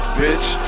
bitch